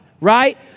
right